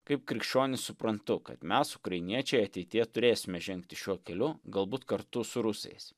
kaip krikščionys suprantu kad mes ukrainiečiai ateityje turėsime žengti šiuo keliu galbūt kartu su rusais